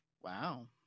Wow